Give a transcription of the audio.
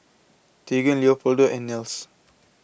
Teagan Leopoldo and Nels